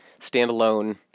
standalone